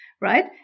right